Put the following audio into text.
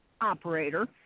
operator